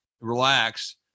relax